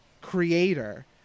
creator